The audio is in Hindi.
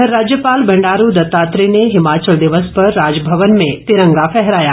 उधर राज्यपाल बंडारू दत्तात्रेय ने हिमाचल दिवस पर राजभवन में तिरंगा फहराया